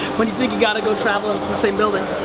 but you think you gotta go travel and it's the same building.